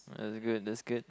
that's good that's good